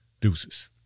Deuces